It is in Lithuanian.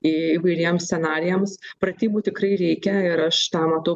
įvairiems scenarijams pratybų tikrai reikia ir aš tą matau